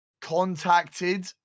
contacted